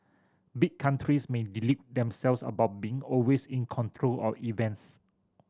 big countries may delude themselves about being always in control of events